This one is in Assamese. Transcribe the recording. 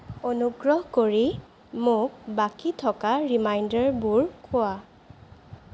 অনুগ্ৰহ কৰি মোক বাকী থকা ৰিমাইণ্ডাৰবোৰ কোৱা